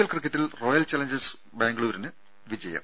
L ക്രിക്കറ്റിൽ royal challengers ബാംഗ്ലൂരിന് ജയം